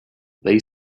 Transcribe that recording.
they